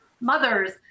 mothers